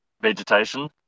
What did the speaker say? vegetation